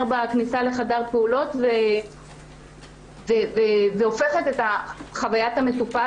בכניסה לחדר פעולות והופכת את חוויית המטופל,